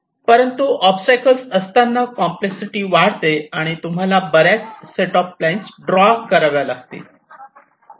परंतु ओबस्टॅकल्स असताना कॉम्प्लेक्ससिटी वाढते आणि तुम्हाला बऱ्याच सेट ऑफ लाईन ड्रॉ कराव्या लागतील